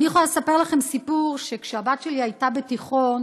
אני יכולה לספר לכם סיפור: כשהבת שלי הייתה בתיכון,